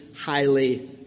highly